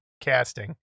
casting